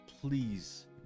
please